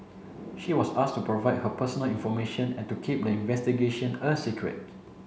she was asked to provide her personal information and to keep the investigation a secret